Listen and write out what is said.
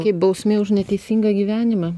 kaip bausmė už neteisingą gyvenimą